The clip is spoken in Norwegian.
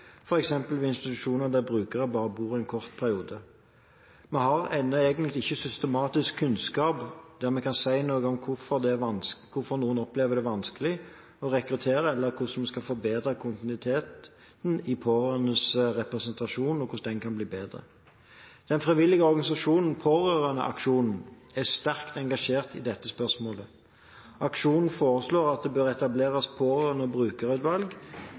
ved institusjoner der brukere bare bor i en kort periode. Vi har egentlig ennå ikke systematisk kunnskap som gjør at vi kan si noe om hvorfor noen opplever det som vanskelig å rekruttere, eller hvordan vi skal forbedre kontinuiteten i pårørendes representasjon, og hvordan den kan bli bedre. Den frivillige organisasjonen Pårørendeaksjonen er sterkt engasjert i dette spørsmålet. Aksjonen foreslår at det bør etableres pårørende- og brukerutvalg,